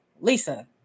Lisa